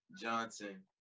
Johnson